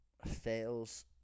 fails